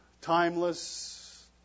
Timeless